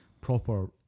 Proper